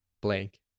blank